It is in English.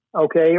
okay